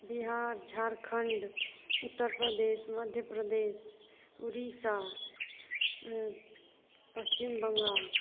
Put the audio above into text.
Bihar Jharkhand Uttar Pradesh Madhya Pradesh Odisha Paschim Bengal